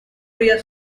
fría